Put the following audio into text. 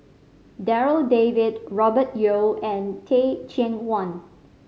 Darryl David Robert Yeo and Teh Cheang Wan